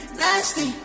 nasty